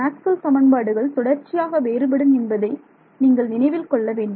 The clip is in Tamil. மேக்ஸ்வெல் சமன்பாடுகள் தொடர்ச்சியாக வேறுபடும் என்பதை நீங்கள் நினைவில் கொள்ள வேண்டும்